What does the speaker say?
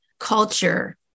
Culture